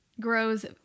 Grows